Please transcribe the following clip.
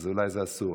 אז אולי זה אסור,